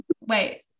wait